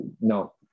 no